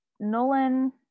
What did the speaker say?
Nolan